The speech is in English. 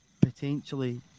potentially